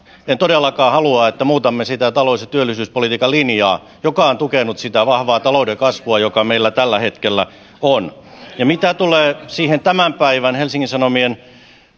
en todellakaan halua että muutamme sitä talous ja työllisyyspolitiikan linjaa joka on tukenut sitä vahvaa talouden kasvua joka meillä tällä hetkellä on mitä tulee siihen tämän päivän helsingin sanomien